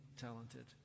talented